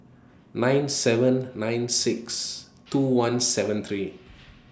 nine seven nine six two one seven three